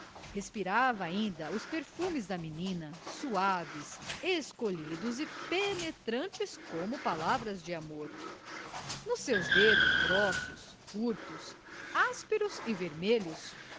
respirava ainda os perfumes da menina suaves escolhidos e penetrantes como palavras de amor nos seus dedos grossos curtos ásperos e vermelhos